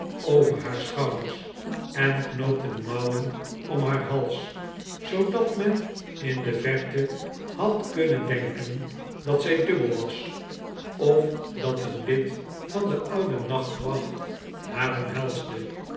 over haar schouders en knoopte de mouwen om haar hals zoodat men in de verte had kunnen denken dat zij dubbel was of dat een lid van de oude nachtwacht haar omhelsde